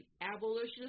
abolition